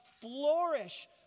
flourish